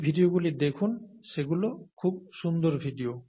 এই ভিডিওগুলি দেখুন সেগুলো খুব সুন্দর ভিডিও